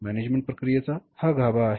management प्रक्रियेचा हा गाभा आहे